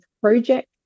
project